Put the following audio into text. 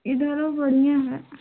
इधरो बढ़ियाँ है